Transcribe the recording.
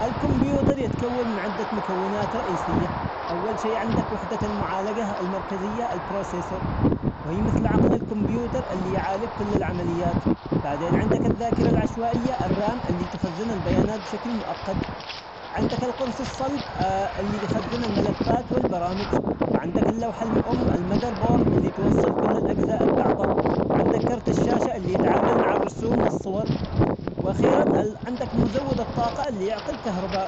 الكمبيوتر يتكون من عدة مكونات رئيسية، أول شي عندك وحدة المعالجة المركزية البروسيسور، وهي مثل عقل الكمبيوتر اللي يعالج كل العمليات، بعدين عندك الذاكرة العشوائية الرام اللي تخزن البيانات بشكل مؤقت، عندك القرص الصلب اللي يخزن الملفات والبرامج، وعندك اللوحة الأم المزربورد اللي توصل كل الأجزاء ببعضها، وعندك كرت الشاشة اللي يتعامل مع الرسوم والصور، وأخيرا عندك مزود الطاقة اللي يعطي الكهرباء.